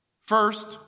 First